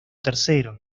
tercero